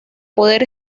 poder